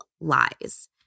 lies